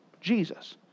Jesus